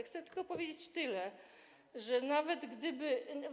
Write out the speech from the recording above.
Chcę tylko powiedzieć tyle, że nawet gdyby.